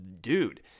dude